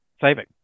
saving